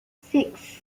six